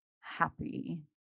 happy